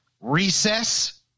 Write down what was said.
Recess